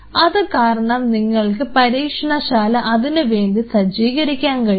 അത് കാരണം നിങ്ങൾക്ക് പരീക്ഷണശാല അതിനുവേണ്ടി സജ്ജീകരിക്കാൻ കഴിയും